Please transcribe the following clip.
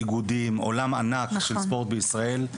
איגודים עולם ענק של ספורט בישראל,